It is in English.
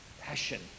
passion